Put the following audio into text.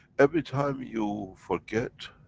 every time you forget,